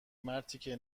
مرتیکه